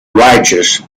righteous